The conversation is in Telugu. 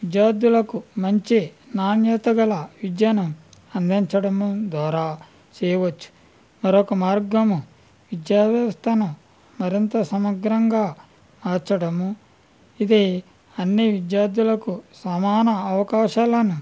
విద్యార్థులకు మంచి నాణ్యత గల విద్యను అందించడము ద్వారా చేయవచ్చు మరొక మార్గము విద్యా వ్యవస్థను మరింత సమగ్రంగా మార్చడము ఇది అన్ని విద్యార్థులకు సమాన అవకాశాలను